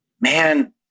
man